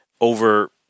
over